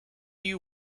you